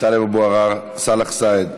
טלב אבו עראר, סאלח סעד,